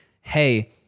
hey